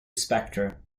spectre